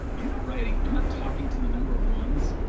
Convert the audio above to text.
i'm not writing, i'm not talking to the number ones.